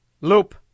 Loop